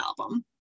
album